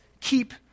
Keep